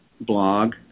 blog